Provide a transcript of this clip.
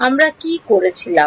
আমরা কি করেছিলাম